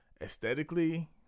aesthetically